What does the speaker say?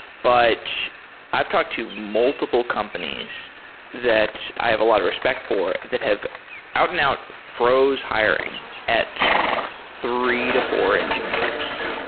but i've talked to multiple companies that i have a lot of respect for that have out and out froze hiring at three to four engineers,